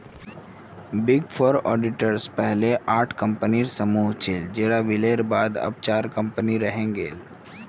big four auditors पहले आठ कम्पनीर समूह छिल जेरा विलयर बाद चार टा रहेंग गेल